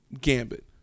Gambit